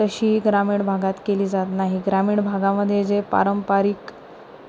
तशी ग्रामीण भागात केली जात नाही ग्रामीण भागामध्ये जे पारंपरिक